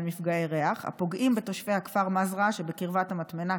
מפגעי ריח הפוגעים בתושבי הכפר מזרעה שבקרבת המטמנה,